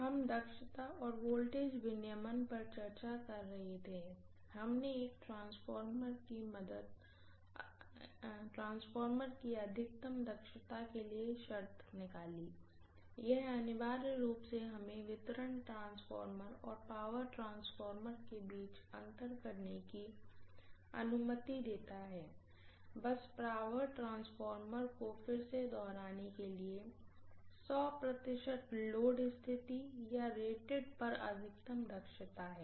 हम दक्षता और वोल्टेज रेगुलेशन पर चर्चा कर रहे थे हमने एक ट्रांसफार्मर की अधिकतम दक्षता के लिए शर्त निकाली यह अनिवार्य रूप से हमें डिस्ट्रीब्यूशन ट्रांसफार्मर और पावर ट्रांसफार्मर के बीच अंतर करने की अनुमति देता है बस पावर ट्रांसफार्मर को फिर से दोहराने के लिए 100 प्रतिशत लोड स्थिति या रेटेड पर अधिकतम दक्षता है